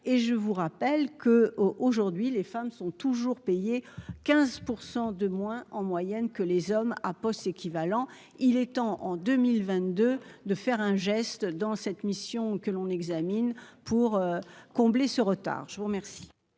et je vous rappelle que, aujourd'hui, les femmes sont toujours payé 15 % de moins en moyenne que les hommes à poste équivalent, il est temps en 2022, de faire un geste dans cette mission que l'on examine pour combler ce retard, je vous remercie.